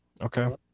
Okay